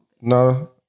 No